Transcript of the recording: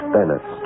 Bennett